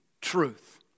truth